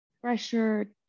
pressure